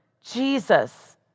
Jesus